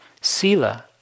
Sila